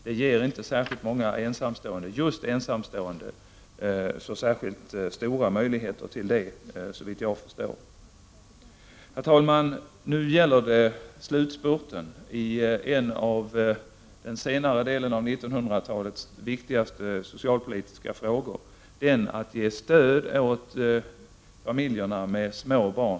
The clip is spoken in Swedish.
Det ger inte så många just ensamstående stora möjligheter till att vara hemma, såvitt jag förstår. Herr talman! Nu gäller det slutspurten i en av den senare delen av 1900 talets viktigaste socialpolitiska frågor, nämligen att ge stöd åt familjerna med små barn.